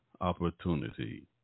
opportunity